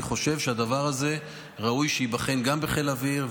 חושב שהדבר הזה ראוי שייבחן גם בחיל האוויר,